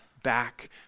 back